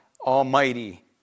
Almighty